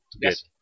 Yes